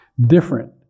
different